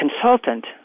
consultant